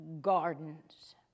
gardens